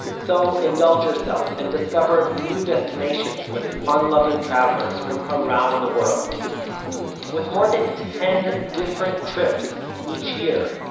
so indulge yourself, and discover new destinations with fun-loving travelers from around the world with more than ten different trips each year,